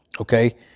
Okay